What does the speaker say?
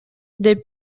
деп